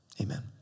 amen